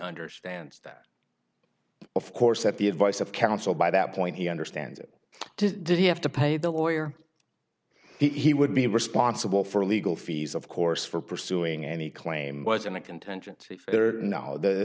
understands that of course that the advice of counsel by that point he understands it to did he have to pay the lawyer he would be responsible for legal fees of course for pursuing any claim was in the contention if the